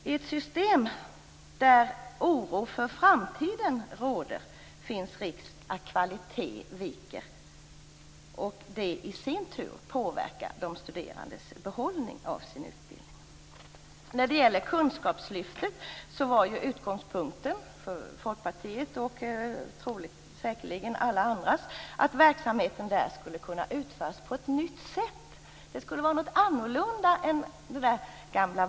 I ett system där oro för framtiden råder finns risk att kvaliteten viker. Det i sin tur påverkar de studerandes behållning av sin utbildning. När det gäller kunskapslyftet var utgångspunkten för Folkpartiet, och säkerligen alla andra, att verksamheten där skulle kunna utföras på ett nytt sätt. Det skulle vara något annorlunda än det gamla vanliga.